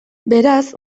beraz